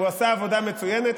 הוא עשה עבודה מצוינת,